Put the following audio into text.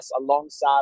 alongside